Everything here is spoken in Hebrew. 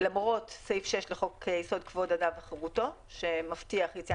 למרות סעיף 6 לחוק יסוד כבוד אדם וחירותו שמבטיח יציאה